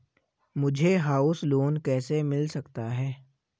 मुझे house loan कैसे मिल सकता है?